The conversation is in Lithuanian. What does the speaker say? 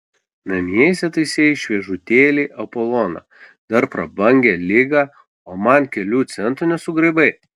namie įsitaisei šviežutėlį apoloną dar prabangią ligą o man kelių centų nesugraibai